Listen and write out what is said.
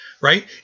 Right